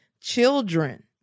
children